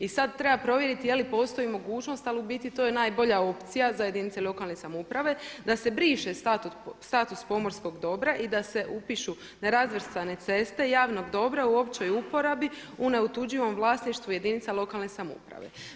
I sada treba provjeriti jeli postoji mogućnost ali u biti to je najbolja opcija za jedinice lokalne samouprave da se briše status pomorskog dobra i da se upišu nerazvrstane ceste javnog dobra u općoj uporabi u neotuđivom vlasništvu jedinica lokalne samouprave.